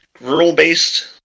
rural-based